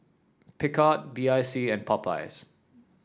Picard B I C and Popeyes